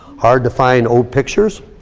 hard to find old pictures,